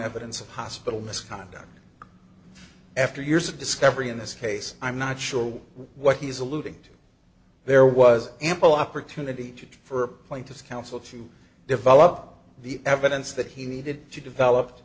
evidence of hospital misconduct after years of discovery in this case i'm not sure what he's alluding to there was ample opportunity for plaintiff counsel to develop the evidence that he needed to develop